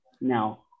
now